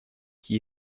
qui